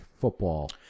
football